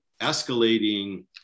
escalating